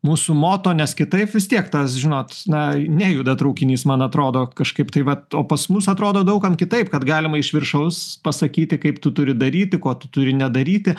mūsų moto nes kitaip vis tiek tas žinot na nejuda traukinys man atrodo kažkaip tai vat o pas mus atrodo daug kam kitaip kad galima iš viršaus pasakyti kaip tu turi daryti ko tu turi nedaryti